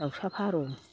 दाउसा फारौ